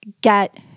get